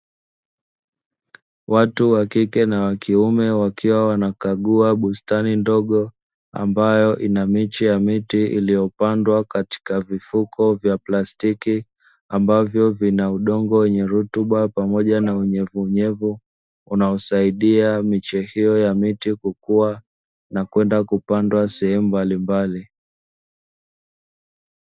Watu wakike na wakiume wakiwa wanakagua bustani ndogo ambayo ina miche ya miti iliyopandwa katika vifuko vya plastiki, ambavyo vina udongo wenye rutuba pamoja na unyevunyevu unaosaidia miche hiyo ya miti kukua na kwenda kupandwa sehemu mbalimbali.